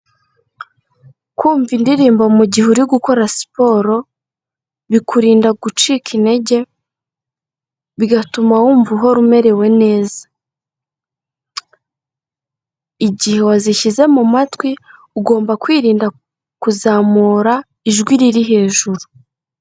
Kumva indirimbo mu gihe uri gukora siporo bikurinda gucika intege, bigatuma wumva uhora umerewe neza, igihe wazishyize mu matwi ugomba kwirinda kuzamura ijwi riri hejuru.